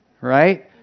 right